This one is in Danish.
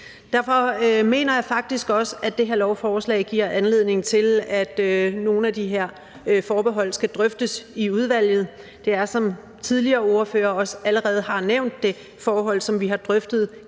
Derfor mener jeg faktisk også, at det her lovforslag giver anledning til, at nogle af de her forbehold skal drøftes i udvalget. Det er, som tidligere ordførere også allerede har nævnt, forhold, som vi har drøftet